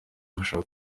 bashaka